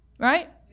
Right